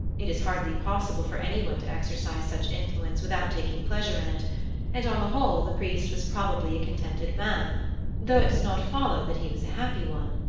it is hardly possible for any one to exercise such influence without taking pleasure in it and on the whole the priest was probably a contented man though it does not follow that he was a happy one.